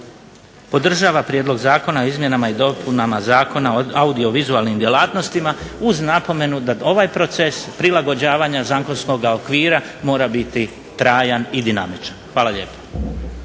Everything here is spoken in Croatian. podržava Prijedlog zakona o izmjenama i dopunama Zakona o audiovizualnim djelatnostima uz napomenu da ovaj proces prilagođavanja zakonskoga okvira mora biti trajan i dinamičan. Hvala lijepa.